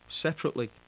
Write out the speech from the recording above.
separately